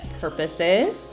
purposes